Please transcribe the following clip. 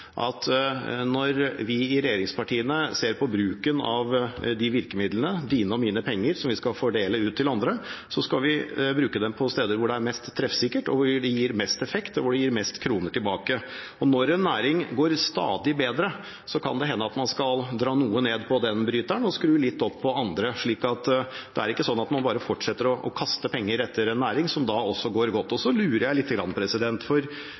at når vi i regjeringspartiene ser på bruken av virkemidlene, dine og mine penger som vi skal fordele til andre, skal vi bruke dem på steder hvor det er mest treffsikkert, og hvor det gir mest effekt og flest kroner tilbake. Når en næring stadig går bedre, kan det hende at man skal skru noe ned på den bryteren og heller skru litt opp på andre. Det er ikke sånn at man bare fortsetter å kaste penger etter en næring som går godt. Så lurer jeg litt, for